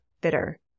bitter